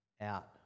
out